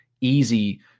easy